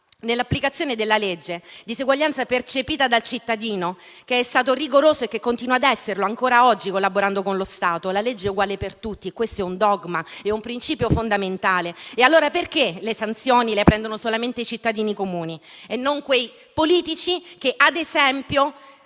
nell'applicazione della legge, diseguaglianza percepita dal cittadino, che è stato rigoroso e che continua a esserlo, ancora oggi, collaborando con lo Stato. La legge è uguale per tutti. Questo è un dogma, è un principio fondamentale. Perché, allora, le sanzioni le subiscono solamente i cittadini comuni e non quei politici che amano